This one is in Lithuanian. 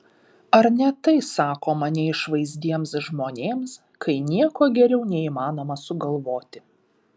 ar ne tai sakoma neišvaizdiems žmonėms kai nieko geriau neįmanoma sugalvoti